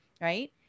right